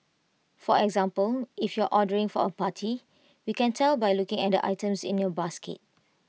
for example if you're ordering for A party we can tell by looking at the items in your basket